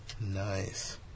Nice